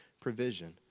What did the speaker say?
provision